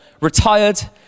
retired